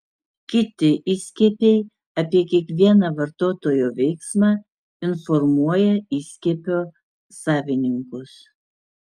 kiti įskiepiai apie kiekvieną vartotojo veiksmą informuoja įskiepio savininkus